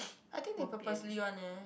I think they purposely one leh